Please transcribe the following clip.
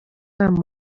inama